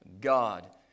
God